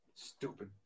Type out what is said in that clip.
Stupid